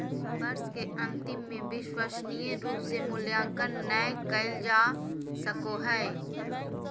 वर्ष के अन्तिम में विश्वसनीय रूप से मूल्यांकन नैय कइल जा सको हइ